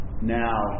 now